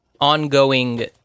ongoing